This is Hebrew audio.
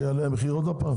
שהמחיר יעלה עוד פעם?